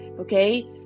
okay